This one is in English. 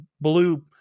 blue